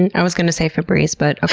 and i was going to say febreze, but,